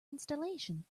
installation